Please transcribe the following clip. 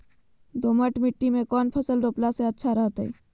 दोमट मिट्टी में कौन फसल रोपला से अच्छा रहतय?